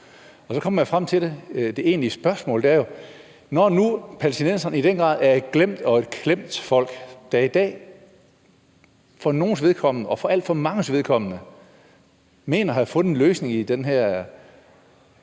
Og så kommer jeg frem til det egentlige spørgsmål, og det er: Når nu palæstinenserne i den grad er et glemt og et klemt folk, der i dag for nogens vedkommende og for alt for manges vedkommende mener at have fundet en løsning i den her